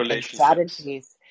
strategies